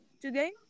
today